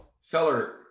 Seller